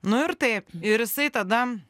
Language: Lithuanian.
nu ir taip ir jisai tada